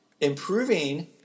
improving